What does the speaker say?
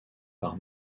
par